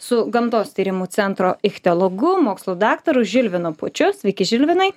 su gamtos tyrimų centro ichtiologu mokslų daktaru žilvinu pūčiu sveiki žilvinai